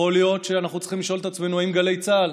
יכול להיות שאנחנו צריכים לשאול את עצמנו אם גלי צה"ל,